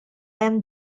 hemm